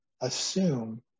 assume